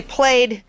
played